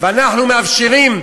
ואנחנו מאפשרים,